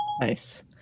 Nice